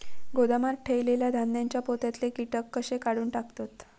गोदामात ठेयलेल्या धान्यांच्या पोत्यातले कीटक कशे काढून टाकतत?